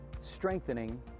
strengthening